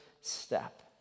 step